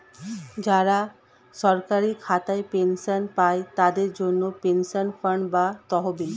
যারা সরকারি খাতায় পেনশন পায়, তাদের জন্যে পেনশন ফান্ড বা তহবিল